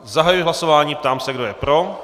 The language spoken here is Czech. Zahajuji hlasování, ptám se, kdo je pro.